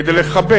כדי לחבר